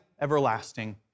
everlasting